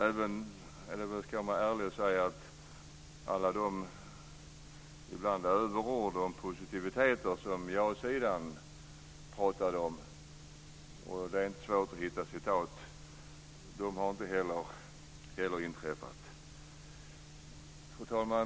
Jag ska vara ärlig och säga att vissa överord från ja-sidan - det är inte svårt att hitta citat - inte heller har motsvarats av verkligheten. Fru talman!